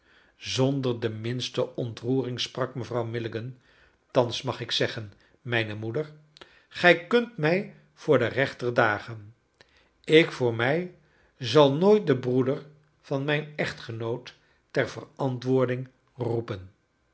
zonder de minste ontroering sprak mevrouw milligan thans mag ik zeggen mijne moeder gij kunt mij voor den rechter dagen ik voor mij zal nooit den broeder van mijn echtgenoot ter verantwoording roepen